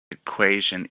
equation